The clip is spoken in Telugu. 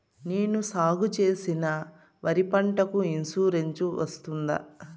నేను సాగు చేసిన వరి పంటకు ఇన్సూరెన్సు వస్తుందా?